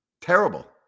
Terrible